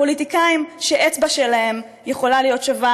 פוליטיקאים שאצבע שלהם יכולה להיות שווה